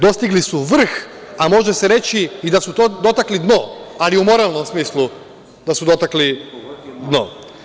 Dostigli su vrh, a može se reći da su dotakli dno, ali u moralnom smislu da su dotakli dno.